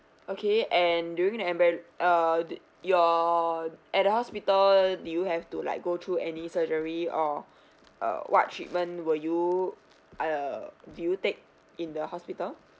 okay and during the embe~ uh your at the hospital did you have to like go through any surgery or uh what treatment were you uh do you take in the hospital